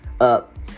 up